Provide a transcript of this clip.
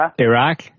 Iraq